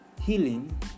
healing